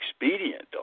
expedient